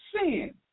Sin